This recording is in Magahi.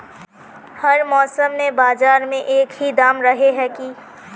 हर मौसम में बाजार में एक ही दाम रहे है की?